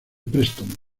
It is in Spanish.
preston